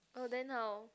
oh then how